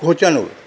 ঘোচানোর